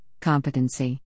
competency